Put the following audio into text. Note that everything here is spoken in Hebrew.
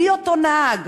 מיהו אותו נהג?